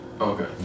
Okay